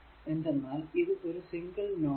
എന്തെന്നാൽ ഇത് ഒരു സിംഗിൾ നോഡ് ആണ്